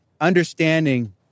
understanding